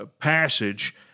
passage